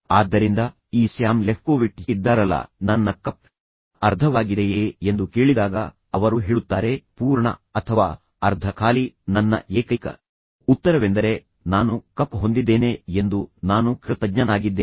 ಆದ್ದರಿಂದ ಈ Sam Lefkowitz ಇದ್ದಾರಲ್ಲ ನನ್ನ ಕಪ್ ಅರ್ಧವಾಗಿದೆಯೇ ಎಂದು ಕೇಳಿದಾಗ ಅವರು ಹೇಳುತ್ತಾರೆ ಪೂರ್ಣ ಅಥವಾ ಅರ್ಧ ಖಾಲಿ ನನ್ನ ಏಕೈಕ ಉತ್ತರವೆಂದರೆ ನಾನು ಕಪ್ ಹೊಂದಿದ್ದೇನೆ ಎಂದು ನಾನು ಕೃತಜ್ಞನಾಗಿದ್ದೇನೆ